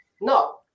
No